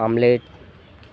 omelette